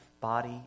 body